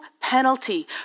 penalty